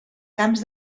camps